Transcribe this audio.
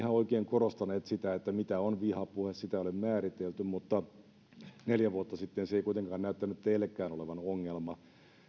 oikein korostanut sitä että mitä on vihapuhe sitä ei ole määritelty mutta neljä vuotta sitten se ei kuitenkaan näyttänyt teillekään olevan ongelma